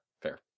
fair